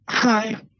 Hi